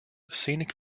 scenic